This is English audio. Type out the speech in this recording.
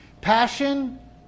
Passion